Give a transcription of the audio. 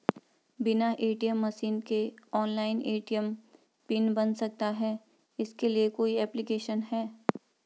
बिना ATM machine के online ATM pin बन सकता है इसके लिए कोई ऐप्लिकेशन है?